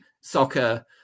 soccer